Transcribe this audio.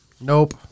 Nope